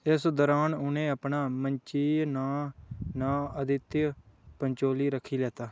एस दरान उ'नें अपना मंचीय नांऽ नांऽ आदित्य पंचोली रक्खी लैता